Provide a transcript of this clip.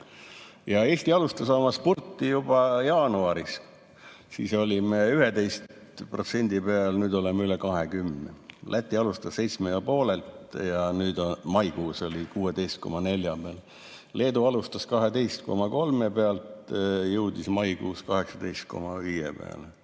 Eesti alustas oma spurti juba jaanuaris. Siis olime 11% peal, nüüd oleme üle 20. Läti alustas 7,5‑lt ja nüüd maikuus oli 16,4% peal. Leedu alustas 12,3 pealt, jõudis maikuus 18,5% peale.